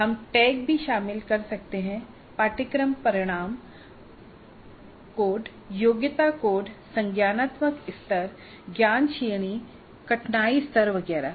हम टैग भी शामिल कर सकते हैं पाठ्यक्रम परिणाम कोड योग्यता कोड संज्ञानात्मक स्तर ज्ञान श्रेणी कठिनाई स्तर वगैरह